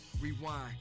Rewind